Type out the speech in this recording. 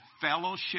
fellowship